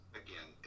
again